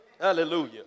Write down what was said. Hallelujah